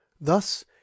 Thus